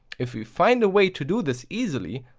if we find a way to do this easily,